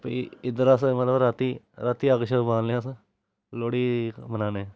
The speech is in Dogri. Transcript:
फ्ही इद्धर अस मतलब रातीं रातीं अग्ग शग्ग बालने अस लोह्ड़ी मनाने